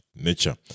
nature